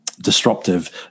disruptive